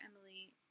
Emily